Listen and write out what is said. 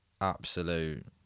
absolute